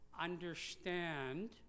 understand